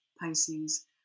Pisces